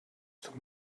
zum